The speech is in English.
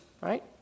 right